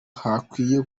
hakwiye